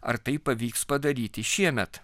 ar tai pavyks padaryti šiemet